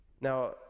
Now